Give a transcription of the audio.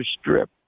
Strip